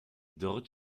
dort